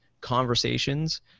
conversations